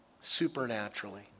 supernaturally